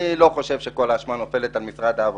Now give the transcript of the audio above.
אני לא חושב שכל האשמה נופל ת על משרד העבודה